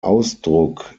ausdruck